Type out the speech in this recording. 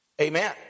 Amen